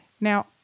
Now